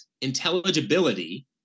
intelligibility